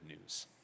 news